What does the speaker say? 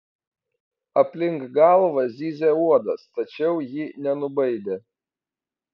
aplink galvą zyzė uodas tačiau ji nenubaidė